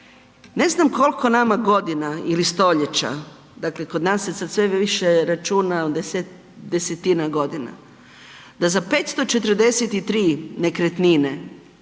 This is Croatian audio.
Ne znam koliko nama godina ili stoljeća, dakle kod nas se sve više računa desetina godina da za 543 nekretnine